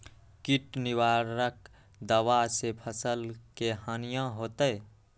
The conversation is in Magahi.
किट निवारक दावा से फसल के हानियों होतै?